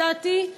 לדעתי,